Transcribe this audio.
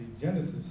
Genesis